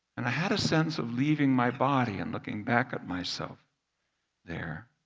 and i had a sense of leaving my body and looking back at myself there